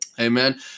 Amen